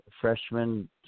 freshman